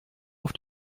auf